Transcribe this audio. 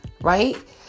right